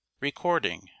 Recording